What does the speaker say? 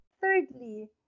Thirdly